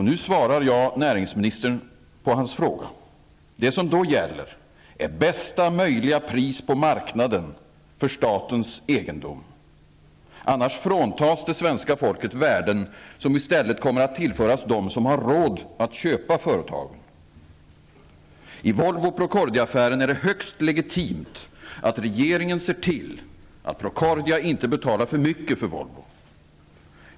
Nu svarar jag näringsministern på hans fråga. Det som då gäller är bästa möjliga pris på marknaden för statens egendom. Annars fråntas det svenska folket värden som i stället kommer att tillföras dem som har råd att köpa företagen. I Volvo-Procordiaaffären är det högst legitimt att regeringen ser till att Procordia inte betalar för mycket för Volvo.